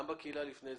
גם בקהילה לפני זה,